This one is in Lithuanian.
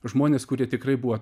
žmonės kurie tikrai buvo